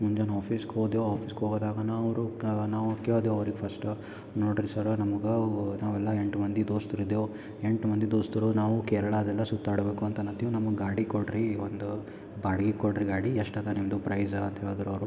ಮುಂಜಾನೆ ಆಫಿಸ್ಗೆ ಹೋದೇವು ಆಫೀಸ್ಗೆ ಹೋಗದಾಗ ನಾವುರು ಕೇಳಿದೆ ನಾವು ಕೇಳ್ದೆವು ಅವ್ರಿಗೆ ಫಸ್ಟ ನೋಡ್ರಿ ಸರ ನಮ್ಗೆ ನಾವೆಲ್ಲ ಎಂಟು ಮಂದಿ ದೋಸ್ತರು ಇದ್ದೆವು ಎಂಟು ಮಂದಿ ದೋಸ್ತರು ನಾವು ಕೇರಳದೆಲ್ಲ ಸುತ್ತಾಡಬೇಕು ಅಂತ ಅನತ್ತೀವ್ ನಮಗೆ ಗಾಡಿ ಕೊಡ್ರಿ ಈ ಒಂದು ಬಾಡಿಗೆ ಕೊಡ್ರಿ ಗಾಡಿ ಎಷ್ಟು ಅದ ನಿಮ್ದು ಪ್ರೈಸ್ ಅಂತ ಹೇಳಿದ್ರ್ ಅವರು